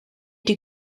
die